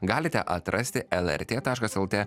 galite atrasti lrt taškas lt